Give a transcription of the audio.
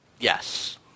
Yes